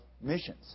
missions